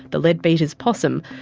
the leadbeater's possum,